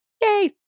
Yay